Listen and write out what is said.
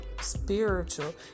spiritual